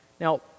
Now